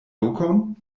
lokon